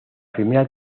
primera